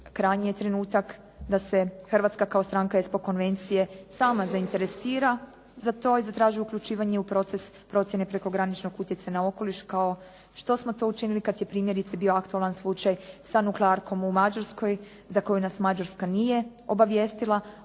krajnji je trenutak da se Hrvatska kao stranka ESPO konvencije sama zainteresira za to i zatraži uključivanje u proces procjene prekograničnog utjecaja na okoliš kao što smo to učinili kada je primjerice bio aktualan slučaj sa nuklearkom u Mađarskoj za koju nas Mađarska nije obavijestila,